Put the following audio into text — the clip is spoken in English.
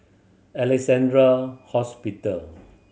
Alexandra Hospital